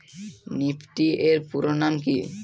Nifty এর পুরোনাম কী?